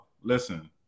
Listen